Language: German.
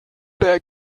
der